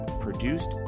produced